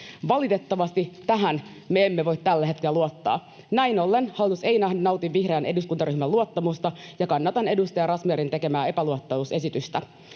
Valitettavasti tähän me emme voi tällä hetkellä luottaa. Näin ollen hallitus ei nauti vihreän eduskuntaryhmän luottamusta, ja kannatan edustaja Razmyarin tekemää epäluottamusesitystä.